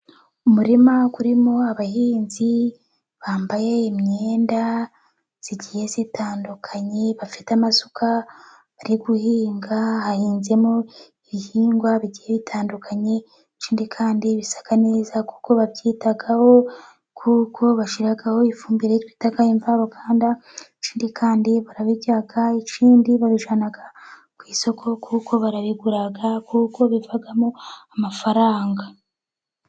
Umurima urimo abahinzi ,bambaye imyenda igiye itandukanye ,bafite amasuka bari guhinga, hahinzemo ibihingwa bigiye bitandukanye, ikindi kandi bisaka neza kuko babyitaho kuko bashyiraho ifumbire bitaga imvaruganda . Ikindi kandi barabijya, ikindi babijyana ku isoko kuko barabigura kuko bivamo amafaranga.